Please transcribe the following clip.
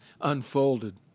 unfolded